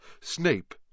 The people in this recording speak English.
Snape